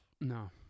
No